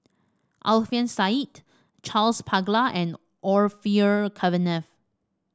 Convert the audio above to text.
Alfian Sa'at Charles Paglar and Orfeur Cavenagh